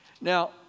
Now